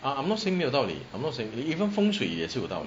I'm not saying 没有道理 I'm not saying even 风水也是有道理